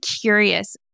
curious